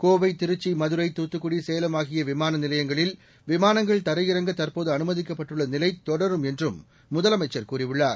கோவை திருச்சி மதுரை துத்துக்குடி சேலம் ஆகிய விமான நிலையங்களில் விமானங்கள் தரையிறங்க தற்போது அனுமதிக்கப்பட்டுள்ள நிலை தொடரும் என்றும் முதலமைச்சர் கூறியுள்ளார்